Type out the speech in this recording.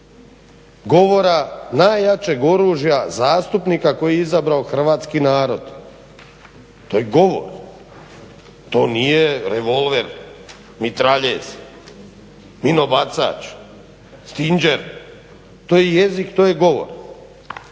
govora najjačeg oružja zastupnika koji je izabrao hrvatski narod. To je govor, to nije revolver, mitraljez, minobacač, stinđer. To je jezik, to je govor.